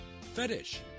Fetish